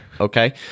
Okay